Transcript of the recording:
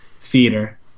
theater